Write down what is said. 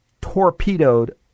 torpedoed